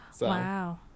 Wow